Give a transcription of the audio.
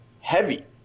heavy